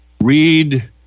read